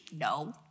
no